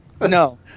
No